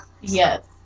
Yes